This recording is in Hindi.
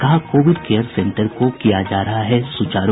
कहा कोविड केयर सेंटर को किया जा रहा है सुचारू